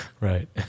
Right